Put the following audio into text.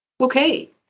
Okay